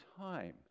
time